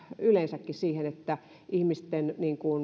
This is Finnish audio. yleensäkin ihmisten